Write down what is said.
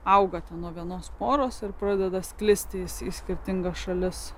auga ten vienos poros ir pradeda sklisti į skirtingas šalis